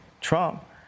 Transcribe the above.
Trump